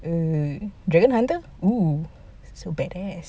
the dragon hunter no so bad ass